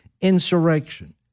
insurrection